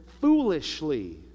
foolishly